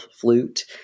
flute